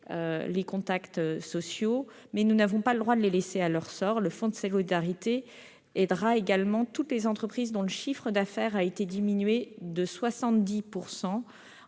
les contacts sociaux, mais nous n'avons pas le droit de les laisser à leur sort. Le fonds de solidarité aidera également toutes les entreprises dont le chiffre d'affaires a été diminué de 70